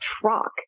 truck